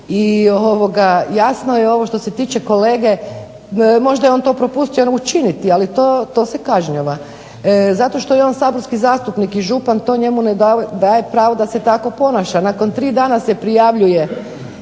i jasno je ovo što se tiče kolege, možda je on to propustio učiniti, ali to se kažnjava. Zato što je on saborski zastupnik i župan to njemu ne daje pravo da se tako ponaša. Nakon 3 dana se prijavljuje